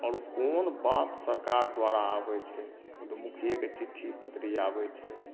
आओर कोन बात सरकार द्वारा आबै छै ओ तऽ मुखियेके चिट्ठी पतरी आबै छै